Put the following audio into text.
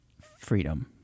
freedom